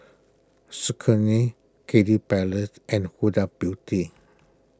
Saucony Kiddy Palace and Huda Beauty